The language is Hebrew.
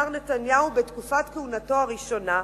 מר נתניהו, בתקופת כהונתו הראשונה.